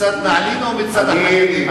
מצד נעלין או מצד החיילים?